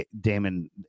Damon